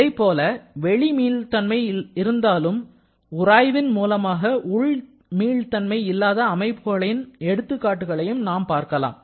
இதைப்போல வெளி மீள்தன்மை இருந்தாலும் உராய்வின் மூலமாக உள் மீள் தன்மை இல்லாத அமைப்புகளின் எடுத்துக்காட்டுகளையும் நாம் பார்க்கலாம்